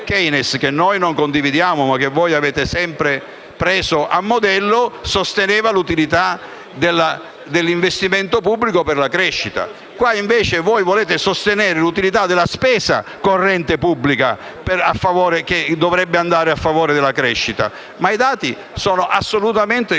che noi non condividiamo, ma che voi avete sempre preso a modello, sosteneva l'utilità dell'investimento pubblico per la crescita. In questo caso, invece, voi volete sostenere l'utilità della spesa corrente pubblica, che dovrebbe andare a favore della crescita. Ma i dati di questi giorni